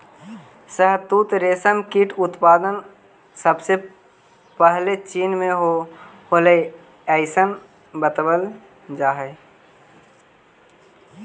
शहतूत रेशम कीट उत्पादन सबसे पहले चीन में होलइ अइसन बतावल जा हई